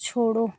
छोड़ो